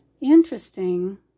interesting